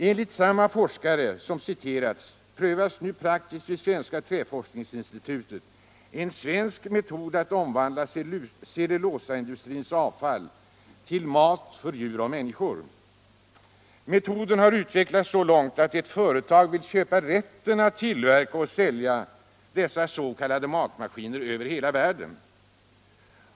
Enligt samma forskare som citerats prövas nu praktiskt vid Svenska träforskningsinstitutet en svensk metod att omvandla cellulosaindustrins avfall till mat för djur och människor. Metoden har utvecklats så långt att ett företag vill köpa rätten att tillverka och sälja dessa ”matmaskiner” över hela världen.